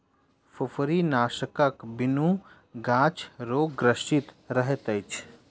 फुफरीनाशकक बिनु गाछ रोगग्रसित रहैत अछि